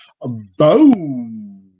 BOOM